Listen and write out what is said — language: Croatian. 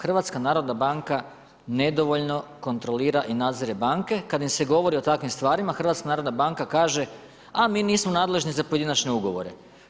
HNB nedovoljno kontrolira i nadzire banke kad im se govori o takvim stvarima, HNB kaže a mi nismo nadležni za pojedinačne ugovore.